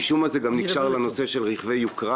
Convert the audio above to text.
משום מה כל הדיון הזה גם נקשר לנושא של רכבי יוקרה